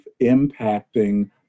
impacting